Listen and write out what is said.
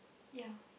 yeah